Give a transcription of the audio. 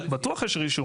בטוח יש רישום.